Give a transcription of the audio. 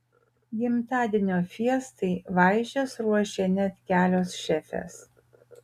gimtadienio fiestai vaišes ruošė net kelios šefės